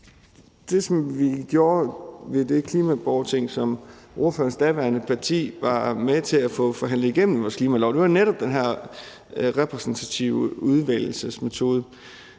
i forbindelse med det klimaborgerting, som ordførerens daværende parti var med til at få forhandlet igennem med vores klimalov, var jo netop den her repræsentative udvælgelsesmetode.